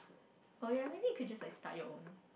oh ya maybe you could just like start your own